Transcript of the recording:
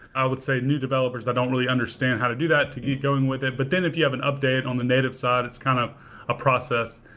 i would say, new developers that don't really understand how to do that to keep going with it. but then if you have an update on the native side, it's kind of a process.